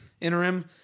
interim